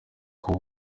kuba